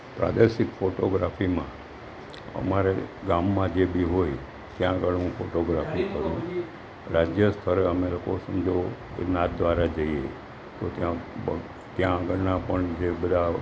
પ્રાદેશિક ફોટોગ્રાફીમાં અમારે ગામમાં જે બી હોય ત્યાં આગળ હું ફોટોગ્રાફી કરું રાજ્ય સ્તરે અમે લોકો સમજો નાથદ્વારા જઈએ તો ત્યાં આગળના પણ જે બધાં